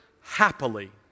happily